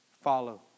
follow